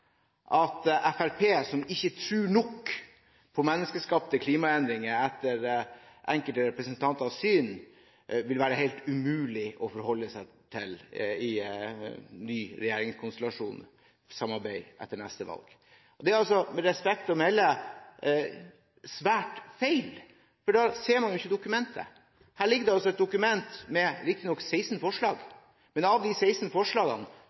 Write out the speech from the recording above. Fremskrittspartiet – som ikke tror nok på menneskeskapte klimaendringer, etter enkelte representanters syn – i en ny regjeringskonstellasjon etter neste valg. Dette er, med respekt å melde, helt feil, for da ser man jo ikke i dokumentet. Her ligger det riktignok et dokument med 16 forslag, men av de 16 forslagene